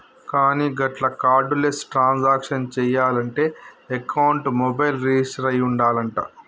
కానీ గట్ల cardless transaction చేయాలంటే అకౌంట్ మొబైల్ రిజిస్టర్ అయి ఉండాలంట